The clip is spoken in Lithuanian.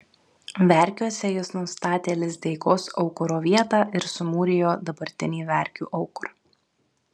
verkiuose jis nustatė lizdeikos aukuro vietą ir sumūrijo dabartinį verkių aukurą